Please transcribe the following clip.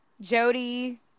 jody